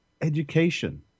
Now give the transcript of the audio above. education